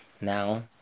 Now